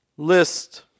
list